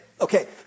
Okay